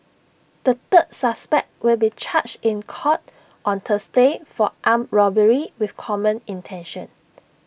the third suspect will be charged in court on Thursday for armed robbery with common intention